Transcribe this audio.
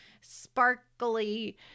sparkly